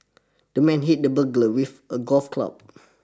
the man hit the burglar with a golf club